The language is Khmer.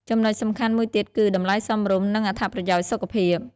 ចំណុចសំខាន់មួយទៀតគឺ តម្លៃសមរម្យ និងអត្ថប្រយោជន៍សុខភាព។